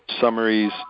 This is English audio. summaries